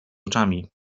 oczami